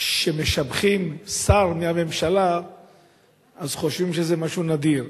כשמשבחים שר מהממשלה אז חושבים שזה משהו נדיר.